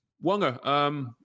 Wonga